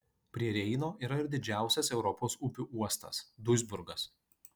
prie reino yra ir didžiausias europos upių uostas duisburgas